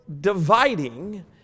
dividing